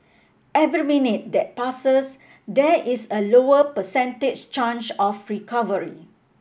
every minute that passes there is a lower percentage chance of recovery